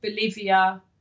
Bolivia